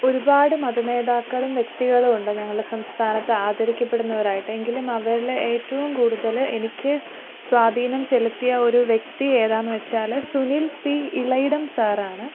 ഒരുപാട് മതനേതാക്കളും വ്യക്തികളുണ്ട് ഞങ്ങളുടെ സംസ്ഥാനത്ത് ആദരിക്കപ്പെടുന്നവരായിട്ട് എങ്കിലും അവരിലെ ഏറ്റവും കൂടുതൽ എനിക്ക് സ്വാധീനം ചെലുത്തിയ ഒരു വ്യക്തി ഏതാണെന്ന് വച്ചാൽ സുനിൽ പി ഇളയിടം സാറാണ്